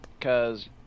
Cause